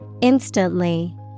Instantly